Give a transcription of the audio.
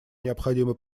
необходимо